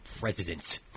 president